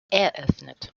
eröffnet